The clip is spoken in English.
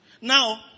Now